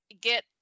get